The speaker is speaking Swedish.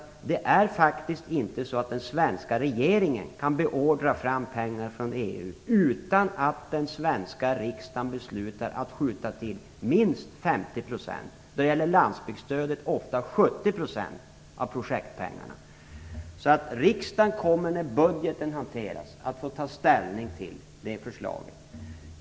Det är faktiskt inte så att den svenska regeringen kan beordra fram pengar från EU utan att den svenska riksdagen beslutar att skjuta till minst 50 %, och då det gäller landbygdsstödet ofta 70 %, av projektpengarna. Riksdagen kommer när budgeten hanteras att få ta ställning till det förslaget.